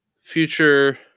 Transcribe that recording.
future